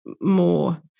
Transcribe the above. more